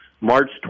March